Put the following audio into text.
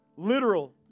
Literal